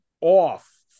off